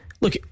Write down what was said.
look